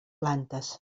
plantes